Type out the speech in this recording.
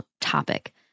topic